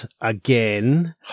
again